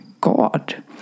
god